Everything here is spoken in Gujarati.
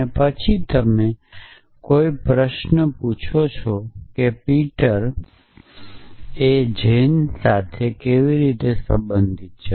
અને પછી તમે કોઈ પ્રશ્ન પૂછશો કે પીટર જેન સાથે કેવી રીતે સંબંધિત છે